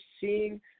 seeing